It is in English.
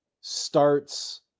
starts